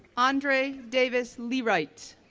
andre davis leewright,